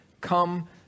come